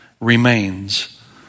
remains